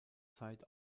zeit